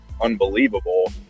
unbelievable